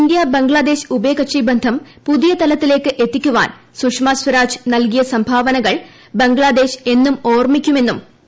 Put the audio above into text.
India Bangladesh ഉഭയകക്ഷി ബന്ധം പുതിയ തലത്തിലേക്ക് എത്തിക്കുവാൻ സുഷമ സ്വരാജ് നൽകിയ സംഭാവനകൾ ബംഗ്ലാദേശ് എന്നും ഓർമ്മിക്കുമെന്നും ശ്രീമതി